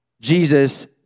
Jesus